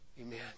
Amen